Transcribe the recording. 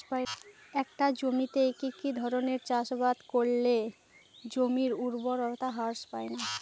একটা জমিতে কি কি ধরনের চাষাবাদ করলে জমির উর্বরতা হ্রাস পায়না?